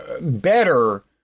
better